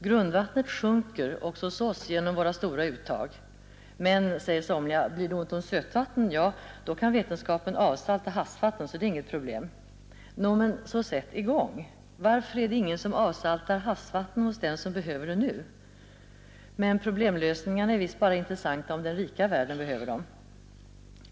Grundvattnet sjunker också hos oss genom våra stora uttag, men, säger somliga, blir det ont om sötvatten, ja då kan vetenskapen avsalta havsvatten, så det är inget problem. Nå men så sätt i gång! Varför är det ingen som avsaltar havsvatten hos dem som behöver det nu? Men problemlösningarna var visst bara intressanta, om den rika världen behövde dem.